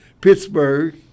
Pittsburgh